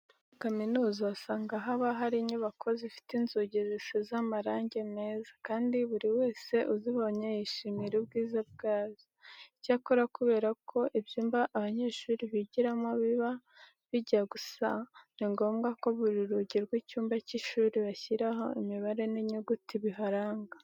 Muri kaminuza usanga haba hari inyubako zifite inzugi zisize amarange meza kandi buri wese uzibonye yishimira ubwiza bwazo. Icyakora kubera ko ibyumba abanyeshuri bigiramo biba bijya gusa, ni ngombwa ko buri rugi rw'icyumba cy'ishuri bashyiraho imibare n'inyuguti biharanga.